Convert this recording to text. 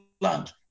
land